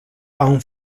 aún